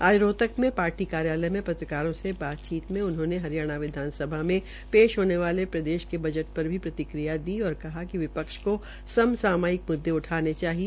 आज रोहतक में पार्शी कार्यालय में पत्रकारों से बातचीत करते हये उन्होंने हरियाणा विधानसभा में पेश होने वाले प्रदेश के बज पर भी प्रतिक्रिया दी और कहा कि विपक्ष को समसामयिक मुददे उठाने चाहिए